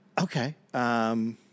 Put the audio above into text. Okay